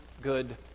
good